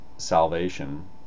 salvation